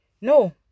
no